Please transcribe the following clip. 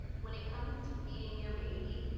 when it comes to feeding your baby,